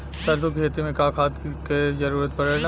सरसो के खेती में का खाद क जरूरत पड़ेला?